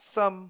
some